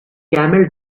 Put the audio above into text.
camel